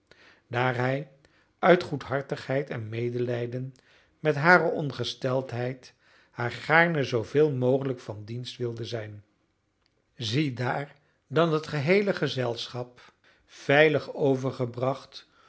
daar hij uit goedhartigheid en medelijden met hare ongesteldheid haar gaarne zooveel mogelijk van dienst wilde zijn ziedaar dan het geheele gezelschap veilig overgebracht